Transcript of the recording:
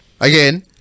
Again